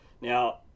Now